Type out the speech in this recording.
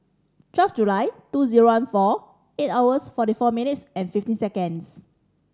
twelve July two zero one four eight hours forty four minutes and fifteen seconds